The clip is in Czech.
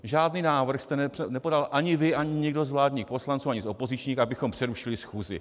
Žádný návrh jste nepodal ani vy ani nikdo z vládních poslanců ani z opozičních, abychom přerušili schůzi.